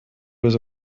was